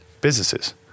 businesses